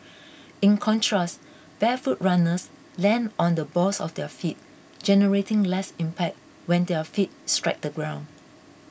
in contrast barefoot runners land on the balls of their feet generating less impact when their feet strike the ground